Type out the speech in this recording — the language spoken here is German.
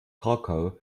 krakau